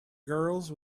girls